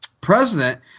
president